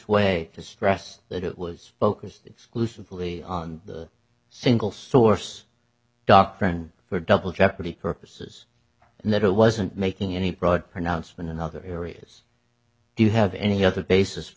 way to stress that it was focused exclusively on the single source doctrine for double jeopardy purposes and that it wasn't making any broad pronouncement in other areas do you have any other basis for